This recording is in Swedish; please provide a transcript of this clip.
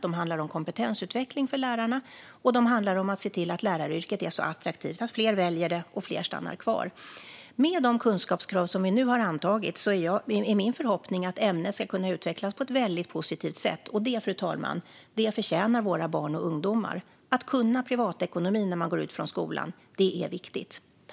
Det handlar om kompetensutveckling för lärarna och om att se till att läraryrket är så attraktivt att fler väljer det och att fler stannar kvar. Med de kunskapskrav som vi nu har antagit är min förhoppning att ämnet ska kunna utvecklas på ett väldigt positivt sätt. Det, fru talman, förtjänar våra barn och ungdomar. Att kunna privatekonomi när man går ut från skolan är viktigt.